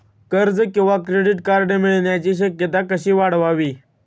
कर्ज किंवा credit card मिळण्याची शक्यता कशी वाढवावी?